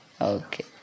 Okay